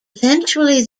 eventually